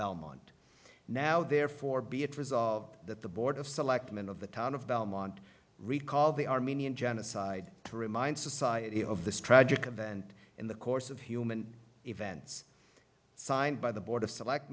belmont now therefore beatrice saw that the board of selectmen of the town of belmont recall the armenian genocide to remind society of this tragic event in the course of human events signed by the board of select